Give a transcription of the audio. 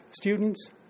students